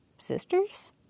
Sisters